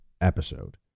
episode